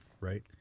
right